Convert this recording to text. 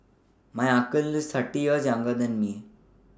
my uncle is thirty years younger than me